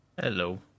Hello